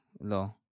law